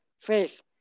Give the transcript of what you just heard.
faith